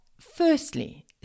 firstly